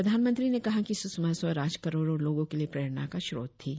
प्रधानमंत्री ने कहा कि सुषमा स्वराज करोड़ो लोगों के लिए प्रेरणा का स्रोत थीं